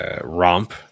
romp